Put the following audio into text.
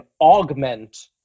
augment